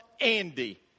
Andy